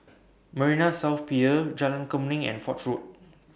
Marina South Pier Jalan Kemuning and Foch Road